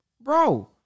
Bro